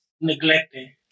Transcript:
neglecting